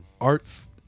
arts